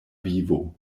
vivo